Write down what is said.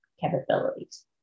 capabilities